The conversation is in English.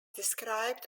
described